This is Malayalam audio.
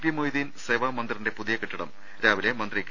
പി മൊയ്തീൻ സേവാ മന്ദിറിന്റെ പുതിയ കെ ട്ടിടം രാവിലെ മന്ത്രി കെ